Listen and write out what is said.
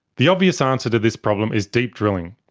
the obvious answer to this problem is deep drilling,